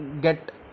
get